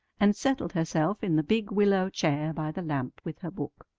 and settled herself in the big willow chair by the lamp with her book.